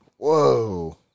whoa